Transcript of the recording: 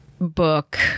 book